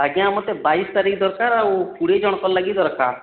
ଆଜ୍ଞା ମତେ ବାଇଶ ତାରିଖ ଦରକାର ଆଉ କୋଡ଼ିଏ ଜଣଙ୍କର ଲାଗି ଦରକାର